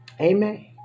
Amen